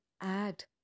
add